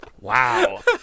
wow